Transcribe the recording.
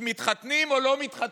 אם מתחתנים או לא מתחתנים,